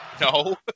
No